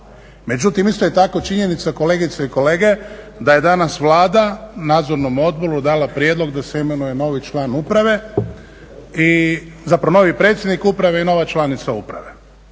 Međutim, isto je tako činjenica, kolegice i kolege, da je danas Vlada nadzornom odboru dala prijedlog da se imenuje novi član uprave i, zapravo novi predsjednik uprave i nova članica uprave.